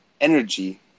energy